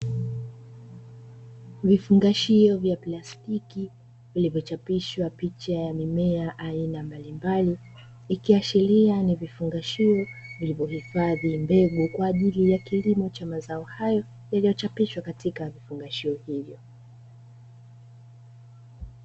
Vifungashio vya plastiki vilivyochapishwa picha ya mimea aina mbalimbali, ikiashiria ni vifungashio vilivyohifadhi mbegu kwa ajili ya kilimo cha mazao hayo yaliyochapishwa katika vifungashio hivyo.